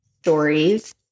stories